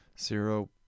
Zero